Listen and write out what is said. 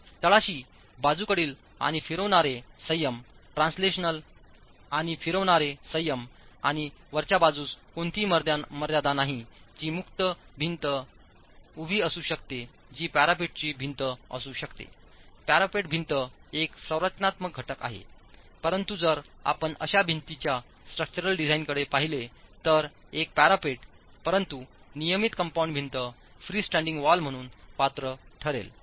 आणि तळाशी बाजूकडील आणि फिरवणारे संयम ट्रान्सलेशनल आणि फिरवणारे संयम आणि वरच्या बाजूस कोणतीही मर्यादा नाही जी मुक्त उभी भिंत असू शकते जी पॅरापेटची भिंत असू शकते पॅरापेट भिंत एक संरचनात्मक घटक आहे परंतुजर आपण अशा भिंतीच्या स्ट्रक्चरल डिझाइनकडे पाहिलेतर एक पॅरापेट परंतु नियमितकंपाऊंड भिंत फ्रीस्टेन्डिंग वॉल म्हणून पात्र ठरेल